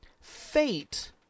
Fate